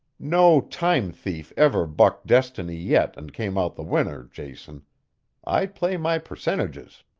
no time-thief ever bucked destiny yet and came out the winner, jason i play my percentages.